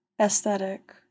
aesthetic